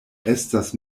estas